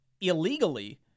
illegally—